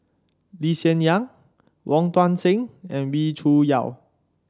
Lee Hsien Yang Wong Tuang Seng and Wee Cho Yaw